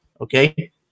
okay